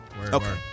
Okay